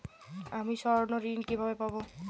আমি স্বর্ণঋণ কিভাবে পাবো?